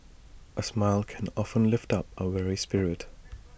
A smile can often lift up A weary spirit